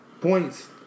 points